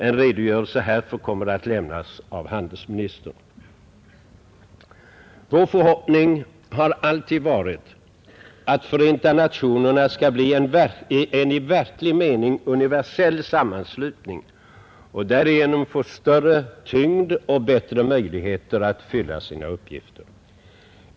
En redogörelse härför kommer att lämnas av handelsministern. Vår förhoppning har alltid varit att Förenta nationerna skall bli en i verklig mening universell sammanslutning och därigenom få större tyngd och bättre möjligheter att fylla sina uppgifter.